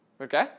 okay